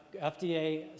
FDA